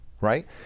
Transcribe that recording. right